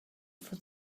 for